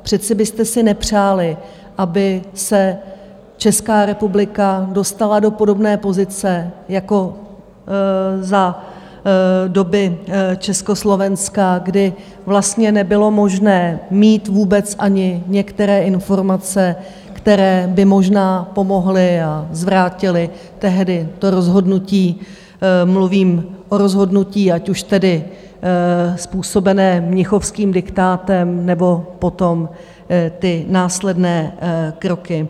Přece byste si nepřáli, aby se Česká republika dostala do podobné pozice jako za doby Československa, kdy vlastně nebylo možné mít vůbec ani některé informace, které by možná pomohly a vrátily tehdy to rozhodnutí, mluvím o rozhodnutí, ať už tedy způsobené mnichovským diktátem, nebo potom ty následné kroky.